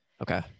Okay